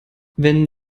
wenn